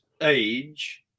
age